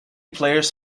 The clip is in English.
players